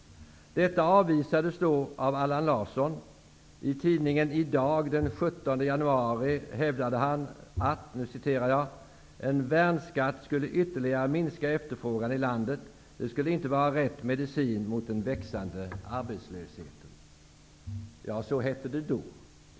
Det avvisades då av Allan Larsson. I tidningen Idag den 17 januari hävdade han att ''en värnskatt skulle ytterligare minska efterfrågan i landet. Det skulle inte vara rätt medicin mot den växande arbetslösheten.'' Så hette det då.